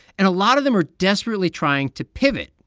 and a lot of them are desperately trying to pivot.